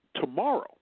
Tomorrow